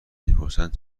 میپرسند